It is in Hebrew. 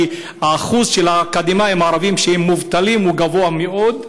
כי אחוז האקדמאים הערבים שהם מובטלים הוא גבוה מאוד.